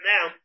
Now